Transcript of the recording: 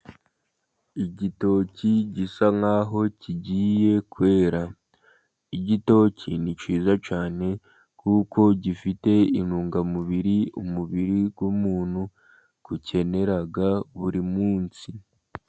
Igitoki gisa nkaho kigiye kwera, igitoki ni cyiza cyane kuko gifite intungamubiri umubiri w'umuntu ukenera buri munsi.